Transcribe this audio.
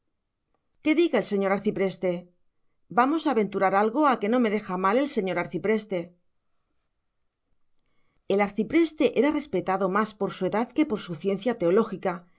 que diga el señor arcipreste vamos a aventurar algo a que no me deja mal el señor arcipreste el arcipreste era respetado más por su edad que por su ciencia teológica